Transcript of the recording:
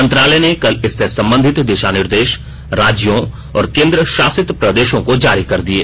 मंत्रालय ने कल इससे संबंधित दिशा निर्देश राज्यों और केन्द्र शासित प्रदेशों को जारी कर दिये